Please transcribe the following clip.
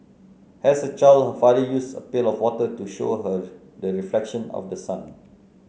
as a child her father used a pail of water to show her the reflection of the sun